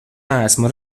neesmu